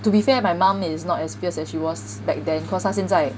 to be fair my mom is not as fierce as she was back then cause 她现在